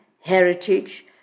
heritage